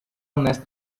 nest